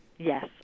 Yes